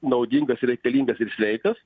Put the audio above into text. naudingas ir reikalingas ir sveikas